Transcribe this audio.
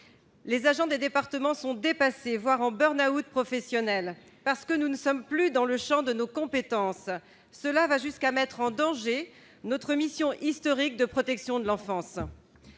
les agents des départements sont dépassés, voire en berne Out professionnels parce que nous ne sommes plus dans le Champ de nos compétences, cela va jusqu'à mettre en danger notre mission historique de protection de l'enfance